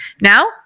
Now